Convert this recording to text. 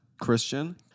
Christian